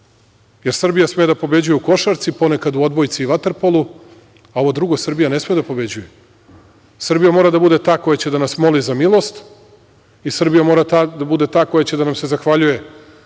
Srbija sme da pobeđuje u košarci, ponekad u odbojci i vaterpolu, a ovo drugo Srbija ne sme da pobeđuje. Srbija mora da bude ta koja će da nas moli za milost i Srbija mora da bude ta koja će da nam se zahvaljuje